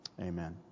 Amen